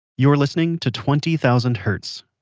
you're listening to twenty thousand hertz.